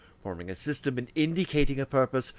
forming a system and indicating a purpose,